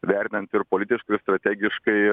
vertinant ir politiškai ir strategiškai